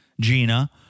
Gina